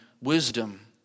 wisdom